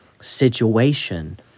situation